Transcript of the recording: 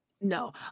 No